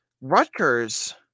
Rutgers